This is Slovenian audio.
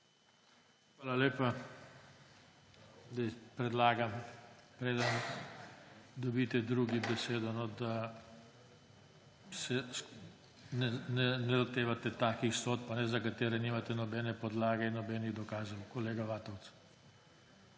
Hvala lepa. Zdaj predlagam, preden dobite drugi besedo, da se ne lotevate takih sodb, za katere nimate nobene podlage in nobenih dokazov, kolega Vatovec.